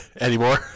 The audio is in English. anymore